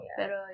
pero